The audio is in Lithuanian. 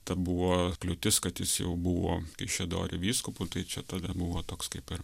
ta buvo kliūtis kad jis jau buvo kaišiadorių vyskupu tai čia tada buvo toks kaip ir